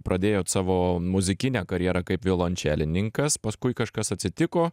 pradėjot savo muzikinę karjerą kaip violončelininkas paskui kažkas atsitiko